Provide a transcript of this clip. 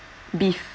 beef